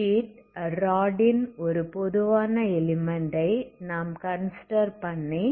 heat rod ன் ஒரு பொதுவான எலிமெண்ட் ஐ நாம் கன்சிடர் பண்ணி